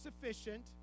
sufficient